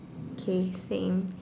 K same